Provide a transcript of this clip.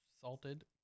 salted